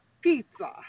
pizza